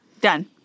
Done